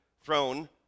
throne